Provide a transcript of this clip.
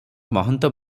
ମହନ୍ତ